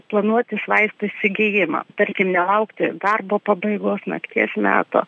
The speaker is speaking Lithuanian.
planuotis vaistų įsigijimą tarkim nelaukti darbo pabaigos nakties meto